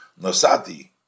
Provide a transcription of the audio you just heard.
Nosati